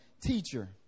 Teacher